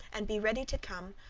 and be ready to come,